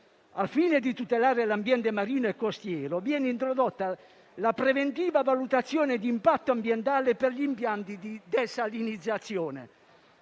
Al fine di tutelare l'ambiente marino e costiero, viene introdotta la preventiva valutazione di impatto ambientale per gli impianti di desalinizzazione.